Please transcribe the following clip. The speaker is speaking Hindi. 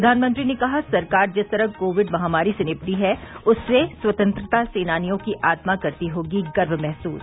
प्रधानमंत्री ने कहा सरकार जिस तरह कोविड महामारी से निपटी है उससे स्वतंत्रता सेनानियों की आत्मा करती होगी गर्व महसूस